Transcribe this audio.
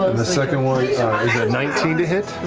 the second nineteen to hit.